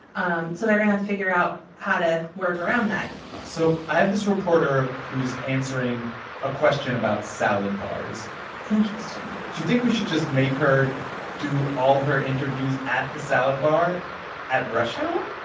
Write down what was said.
um so they're going to have to figure out how to work around that so i have this reporter who's answering a question about salad bars interesting do you think we should just make her do all her interviews at the salad bar at rush hour?